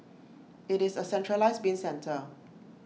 IT is A centralised bin centre